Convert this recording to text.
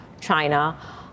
China